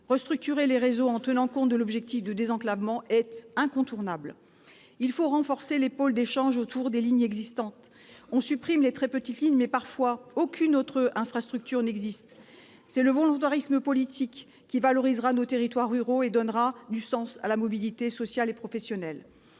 Restructurer les réseaux en tenant compte de l'objectif de désenclavement est incontournable. Il faut renforcer les pôles d'échanges autour des lignes existantes. On supprime les très petites lignes, mais parfois aucune autre infrastructure n'existe. C'est le volontarisme politique qui valorisera nos territoires ruraux et donnera du sens à la mobilité sociale et professionnelle.